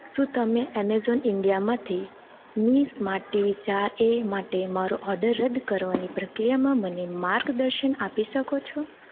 શું તમે એમેઝોન ઇન્ડિયામાંથી મી સ્માર્ટ ટીવી ચાર એ માટે મારો ઓર્ડર રદ કરવાની પ્રક્રિયામાં મને માર્ગદર્શન આપી શકો છો